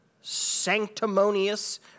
sanctimonious